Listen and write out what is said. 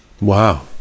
Wow